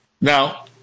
Now